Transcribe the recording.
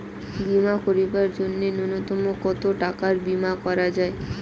বীমা করিবার জন্য নূন্যতম কতো টাকার বীমা করা যায়?